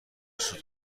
سوت